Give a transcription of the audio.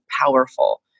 powerful